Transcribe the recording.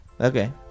okay